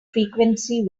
frequency